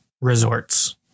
resorts